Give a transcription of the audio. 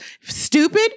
Stupid